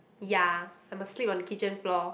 ya I'm asleep on the kitchen floor